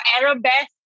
arabesque